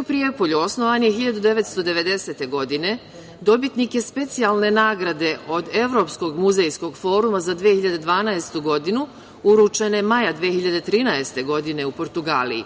u Prijepolju osnovan je 1990. godine. Dobitnik je specijalne nagrade od Evropskog muzejskog foruma za 2012. godinu, uručena je maja 2013. godine u Portugaliji.